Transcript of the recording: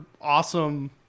awesome